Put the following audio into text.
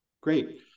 Great